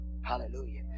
Hallelujah